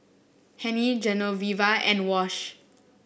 Hennie Genoveva and Wash